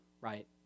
right